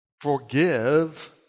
Forgive